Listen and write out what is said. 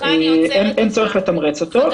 לתמרץ אותו.